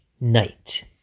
night